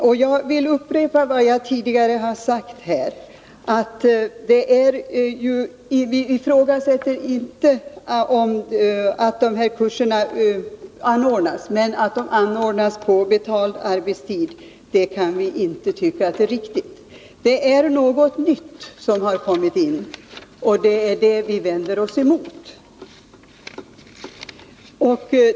Jag vill sedan upprepa vad jag tidigare har sagt: Vi ifrågasätter inte att kurserna anordnas, men att kurserna anordnas under betald arbetstid kan vi inte tycka är riktigt. Det är något nytt som har kommit in, och det är det som vi vänder oss emot.